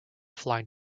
flying